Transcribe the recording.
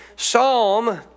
Psalm